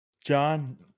John